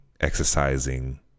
exercising